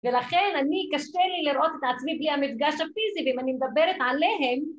ולכן אני, קשה לי לראות את עצמי בלי המפגש הפיזי, ואם אני מדברת עליהם